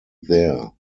there